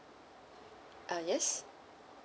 ah yes